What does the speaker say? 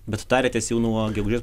bet tariatės jau nuo gegužės